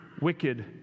wicked